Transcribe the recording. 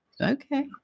Okay